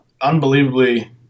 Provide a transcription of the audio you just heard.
unbelievably